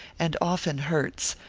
and often hurts,